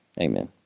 Amen